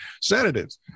sedatives